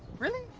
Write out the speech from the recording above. really?